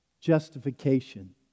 justification